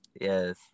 yes